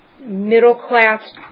middle-class